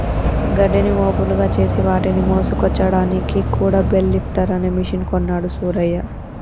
గడ్డిని మోపులుగా చేసి వాటిని మోసుకొచ్చాడానికి కూడా బెల్ లిఫ్టర్ అనే మెషిన్ కొన్నాడు సూరయ్య